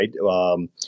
right